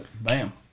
bam